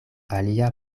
alia